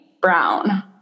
Brown